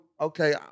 okay